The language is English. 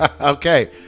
Okay